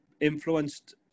influenced